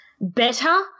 better